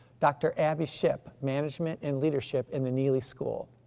dr. abbie shipp, management and leadership in the neeley school.